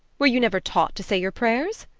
were you never taught to say your prayers?